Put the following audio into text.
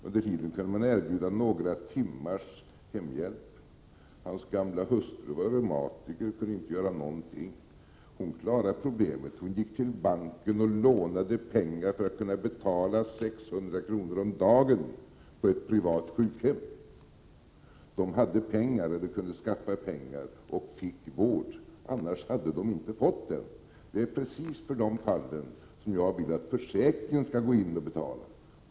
Under tiden kunde man erbjuda några timmars hemhjälp. Hans gamla hustru var reumatiker och kunde göra någonting. Hon löste problemet: Hon gick till banken och lånade pengar för att kunna betala 600 kr. per dag på ett privat sjukhem. De hade pengar, eller kunde skaffa pengar, och fick vård — annars hade de inte fått det. Det är i just de fallen som jag vill att försäkringen skall gå in och betala.